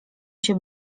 się